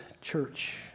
church